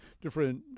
different